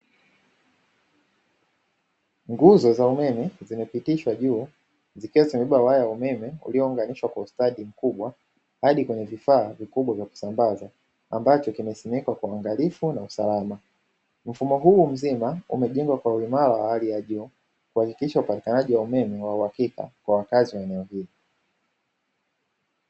Nguzo za umeme zimepitishwa juu, zikiwa zimebeba waya wa umeme uliounganishwa kwa ustadi mkubwa hadi kwenye vifaa vikubwa vya kusambaza, ambacho kimesimikwa kwa uangalifu na usalama. Mfumo huu mzima umejengwa kwa uimara wa hali ya juu, kuhakikisha upatikanaji wa umeme wa uhakika kwa wakazi wa eneo hili.